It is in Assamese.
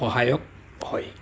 সহায়ক হয়